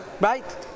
right